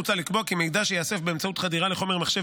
מוצע לקבוע כי מידע שייאסף באמצעות חדירה לחומר מחשב